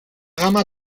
gama